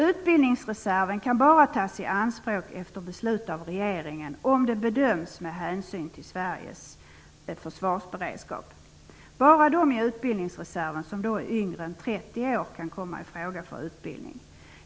Utbildningsreserven kan bara tas i anspråk efter beslut av regeringen om det med hänsyn till Sveriges försvarsberedskap behövs. Bara de i utbildningsreserven som är yngre än 30 år kan komma i fråga för utbildning.